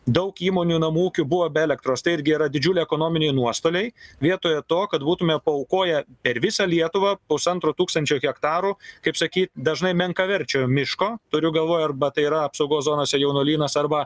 daug įmonių namų ūkių buvo be elektros tai irgi yra didžiuliai ekonominiai nuostoliai vietoje to kad būtume paaukoję per visą lietuvą pusantro tūkstančio hektarų kaip sakyt dažnai menkaverčio miško turiu galvoj arba tai yra apsaugos zonose jaunuolynas arba